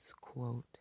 quote